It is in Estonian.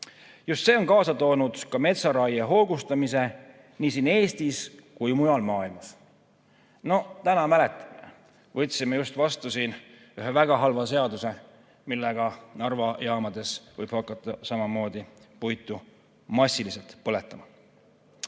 Just see on kaasa toonud metsaraie hoogustumise nii siin Eestis kui mujal maailmas. Täna, mäletate, võtsime just vastu ühe väga halva seaduse, mille kohaselt Narva jaamades võib hakata samamoodi puitu massiliselt põletama.